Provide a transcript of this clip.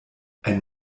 ein